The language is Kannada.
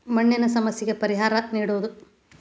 ಮಣ್ಣಿನ ಸಮಸ್ಯೆಗೆ ಪರಿಹಾರಾ ನೇಡುದು